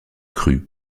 cru